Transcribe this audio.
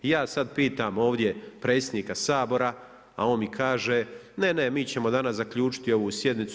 I ja sad pitam ovdje predsjednika Sabora, a on mi kaže ne, ne, mi ćemo danas zaključiti ovu sjednicu.